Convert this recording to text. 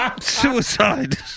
Suicide